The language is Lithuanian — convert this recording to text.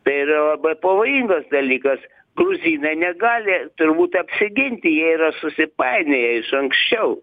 tai yra labai pavojingas dalykas gruzinai negali turbūt apsiginti jie yra susipainioję iš anksčiau